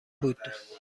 بود